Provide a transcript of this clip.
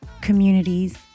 communities